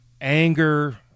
anger